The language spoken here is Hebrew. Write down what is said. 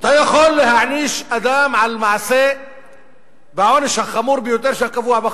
אתה יכול להעניש אדם על מעשה בעונש החמור ביותר שקבוע בחוק,